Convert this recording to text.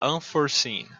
unforeseen